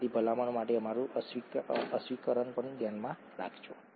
આ બધી ભલામણો માટે અમારું અસ્વીકરણ પણ ધ્યાનમાં રાખો